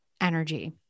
energy